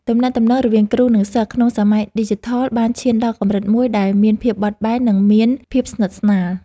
ទំនាក់ទំនងរវាងគ្រូនិងសិស្សក្នុងសម័យឌីជីថលបានឈានដល់កម្រិតមួយដែលមានភាពបត់បែននិងមានភាពស្និទ្ធស្នាល។